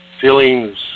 feelings